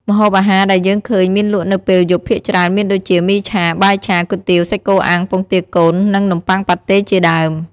ម្ហូបអាហារដែលយើងឃើញមានលក់នៅពេលយប់ភាគច្រើន មានដូចជា មីឆា បាយឆា គុយទាវ សាច់គោអាំង ពងទាកូន និងនំបុ័ងប៉ាត់តេ ជាដើម។